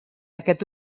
aquest